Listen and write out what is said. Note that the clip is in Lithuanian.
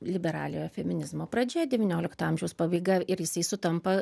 liberaliojo feminizmo pradžia devyniolikto amžiaus pabaiga ir ir jisai sutampa